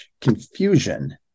confusion